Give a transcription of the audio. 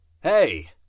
Hey